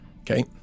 Okay